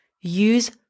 use